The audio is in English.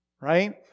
Right